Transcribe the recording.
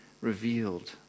revealed